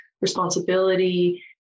responsibility